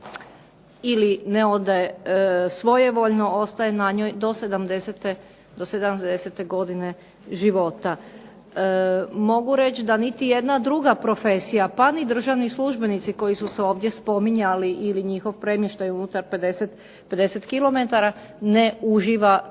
ili ne oda svojevoljno ostaje na njoj do 70. godine života. Mogu reći da niti jedna druga profesija, pa ni državni službenici koji su se ovdje spominjali ili njihov premještaj unutar 50 kilometara ne